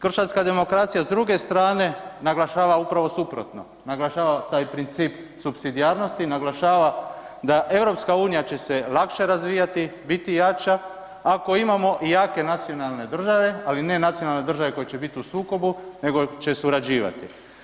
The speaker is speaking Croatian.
Kršćanska demokracija s druge strane naglašava upravo suprotno, naglašava taj princip supsidijarnosti, naglašava da EU će se lakše razvijati, biti jača ako imamo jake nacionalne države, ali ne nacionalne države koje će biti u sukobu nego će surađivati.